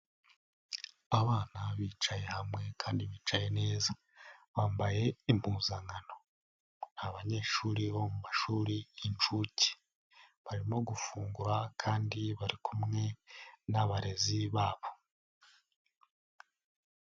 Abana bicaye hamwe kandi bicaye neza bambaye impuzankano, ni abanyeshuri bo mu mashuri y'inshuke, barimo gufungura kandi bari kumwe n'abarezi babo.